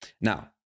Now